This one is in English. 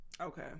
okay